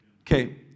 Okay